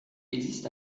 existe